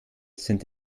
sind